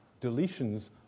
deletions